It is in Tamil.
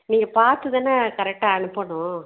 நீங்கள் பார்த்து தானே கரெக்டாக அனுப்பணும்